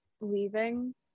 leaving